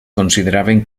consideraven